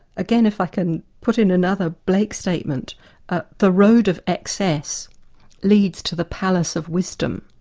again if i can put in another blake statement ah the road of excess leads to the palace of wisdom.